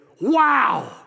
Wow